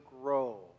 grow